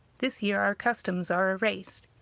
this year our customs are erased.